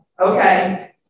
Okay